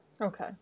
Okay